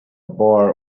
bar